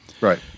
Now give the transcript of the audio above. Right